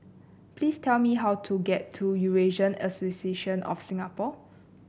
please tell me how to get to Eurasian Association of Singapore